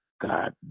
God